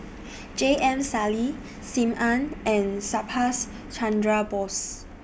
J M Sali SIM Ann and Subhas Chandra Bose